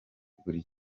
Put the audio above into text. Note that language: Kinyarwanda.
buri